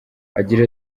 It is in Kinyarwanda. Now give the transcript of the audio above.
agira